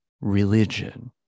religion